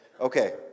okay